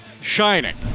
shining